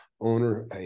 owner